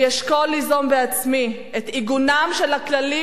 אני אשקול ליזום בעצמי את עיגונם של הכללים